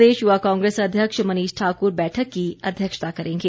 प्रदेश युवा कांग्रेस अध्यक्ष मनीष ठाकुर बैठक की अध्यक्षता करेंगे